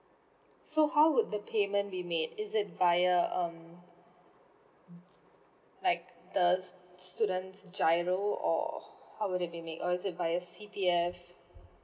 so how would the payment be made is it via um like the student's giro or how would it be make or is it via C_P_F